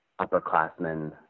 upperclassmen